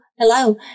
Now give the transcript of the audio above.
Hello